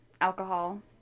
alcohol